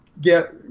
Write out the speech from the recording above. get